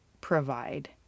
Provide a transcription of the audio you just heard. provide